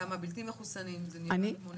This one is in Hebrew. כמה בלתי מחוסנים וכו'.